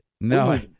No